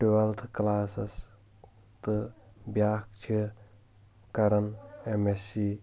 twelfth classes تہٕ بیٛاکھ چھِ کران اٮ۪م اٮ۪س سی